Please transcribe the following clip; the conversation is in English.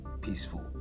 peaceful